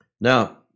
Now